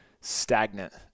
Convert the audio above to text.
stagnant